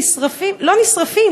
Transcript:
לא נשרפים.